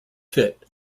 fit